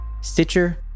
Stitcher